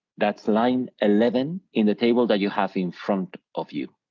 that's line eleven in the table that you have in front of you.